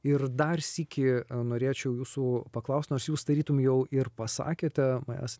ir dar sykį norėčiau jūsų paklausti nors jūs tarytum jau ir pasakėte manęs